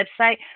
website